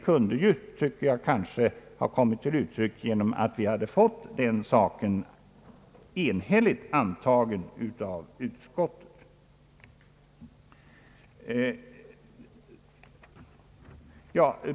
Tanken kunde kanske ha kommit bättre till uttryck genom att vi fått förslaget enhälligt antaget av utskottet.